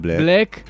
black